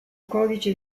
codice